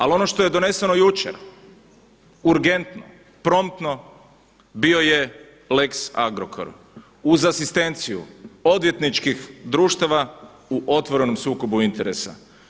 Ali ono što je doneseno jučer urgentno, promptno bio je lex Agrokor, uz asistenciju odvjetničkih društava u otvorenom sukobu interesa.